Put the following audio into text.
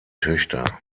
töchter